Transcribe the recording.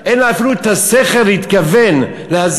להזיק, אין לה אפילו השכל להתכוון להזיק.